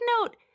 note